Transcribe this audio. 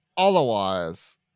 Otherwise